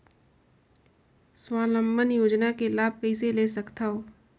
स्वावलंबन योजना के लाभ कइसे ले सकथव?